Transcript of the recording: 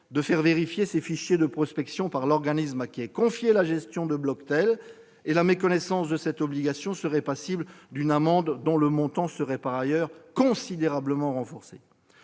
de faire vérifier ses fichiers de prospection par l'organisme à qui est confiée la gestion de Bloctel. La méconnaissance de cette obligation serait passible d'une amende dont le montant serait par ailleurs considérablement renforcé.